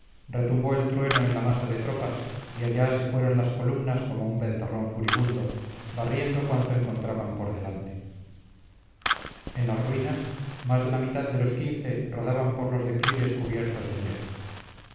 retumbó el trueno en la masa de tropas y allá se fueron las columnas como un ventarrón furibundo barriendo cuanto encontraban por delante en las ruinas más de la mitad de los quince rodaban por los declives cubiertos de nieve